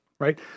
right